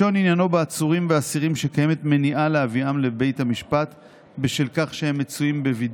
שימו לב בחוק מה הם מבקשים לאפשר לנו,